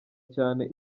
cyane